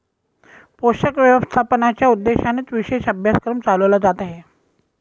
पोषक व्यवस्थापनाच्या उद्देशानेच विशेष अभ्यासक्रम चालवला जात आहे